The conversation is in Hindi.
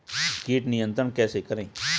कीट नियंत्रण कैसे करें?